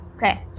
Okay